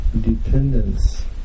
dependence